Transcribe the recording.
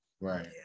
Right